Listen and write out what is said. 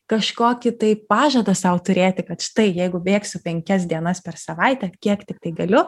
kažkokį tai pažadą sau turėti kad štai jeigu bėgsiu penkias dienas per savaitę kiek tiktai galiu